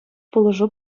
пулӑшу